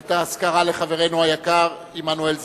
את האזכרה לחברנו היקר, עמנואל זיסמן,